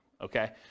okay